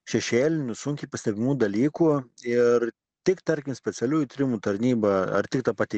šešėlinių sunkiai pastebimų dalykų ir tik tarkim specialiųjų tyrimų tarnyba ar tik ta pati